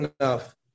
enough